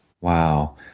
Wow